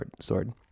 sword